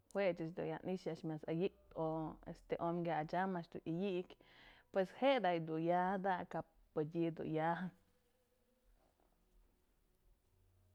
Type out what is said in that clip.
Jue ëch dun ya i'ixë axë myas ëyëjpyë om este omyë kyach am a'ax dun yëyi'ik, pues je'e da dun yada'a kap mëdyë dun ya.